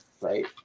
Right